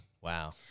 wow